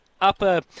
upper